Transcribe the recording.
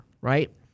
right